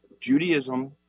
judaism